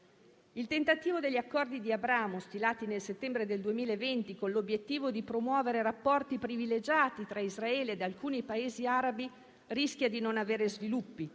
Il tentativo degli Accordi di Abramo, stilati nel settembre del 2020 con l'obiettivo di promuovere rapporti privilegiati tra Israele e alcuni Paesi arabi, rischia di non avere sviluppi.